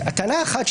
טענה אחת,